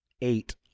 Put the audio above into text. eight